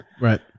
Right